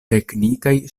teknikaj